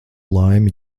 laimi